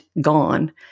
gone